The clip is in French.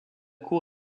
cour